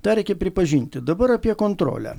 tą reikia pripažinti dabar apie kontrolę